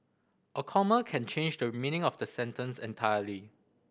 a comma can change the meaning of the sentence entirely